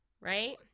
right